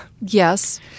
Yes